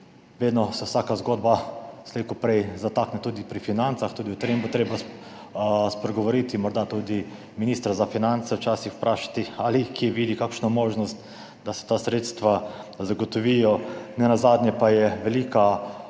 Vedno se vsaka zgodba slej ko prej zatakne tudi pri financah. Tudi o tem bo treba spregovoriti, morda tudi ministra za finance včasih vprašati, ali kje vidi kakšno možnost, da se ta sredstva zagotovijo. Nenazadnje pa so velika rakrana